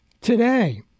Today